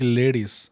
ladies